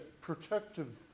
protective